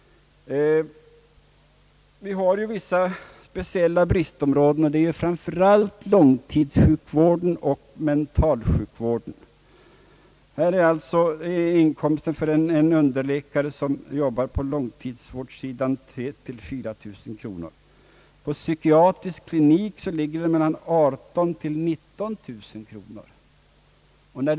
Framför allt inom långtidssjukvården och mentalsjukvården har vi stora brister. Underläkaren på en långtidsvårdsavdelning hade alltså 1966 en öppenvårdsinkomst på mellan 3000 och 4000 kronor per år medan den på en psykiatrisk klinik ligger på 18 000 till 19 000 kronor per år.